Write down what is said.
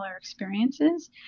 experiences